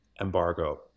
embargo